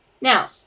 Now